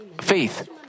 faith